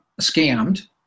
scammed